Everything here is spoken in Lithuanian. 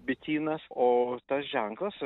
bitynas o tas ženklas